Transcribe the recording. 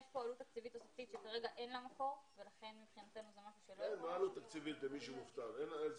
יש כאן עלות תקציבית תוספתית שכרגע אין לה